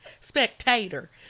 spectator